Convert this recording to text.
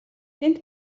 тэнд